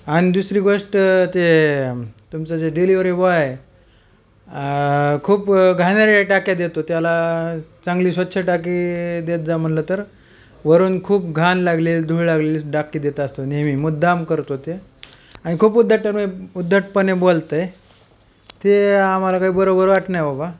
आणि दुसरी गोष्ट ते तुमचं जे डिलिवरी बॉय आहे खूप घाणेरड्या टाक्या देतो त्याला चांगली स्वच्छ टाकी देत जा म्हणलं तर वरून खूप घाण लागले धुळ लागलेली टाकी देत असतो नेहमी मुद्दाम करतो ते आणि खूप उद्धटतम उद्धटपणे बोलतं आहे ते आम्हाला काही बरोबर वाटत नाही बबा